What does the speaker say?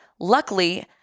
Luckily